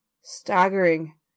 staggering